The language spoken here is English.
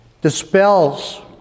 dispels